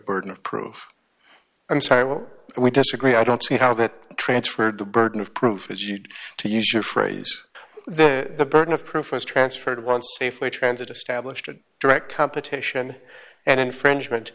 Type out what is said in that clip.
burden of proof i'm sorry will we disagree i don't see how that transferred the burden of proof is to use your phrase the burden of proof is transferred once safely transit established a direct competition and infringement